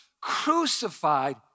crucified